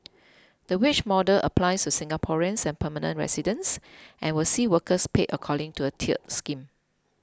the wage model applies to Singaporeans and permanent residents and will see workers paid according to a tiered scheme